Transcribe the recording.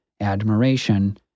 admiration